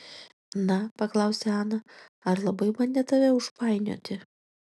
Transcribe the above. na paklausė ana ar labai bandė tave užpainioti